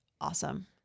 awesome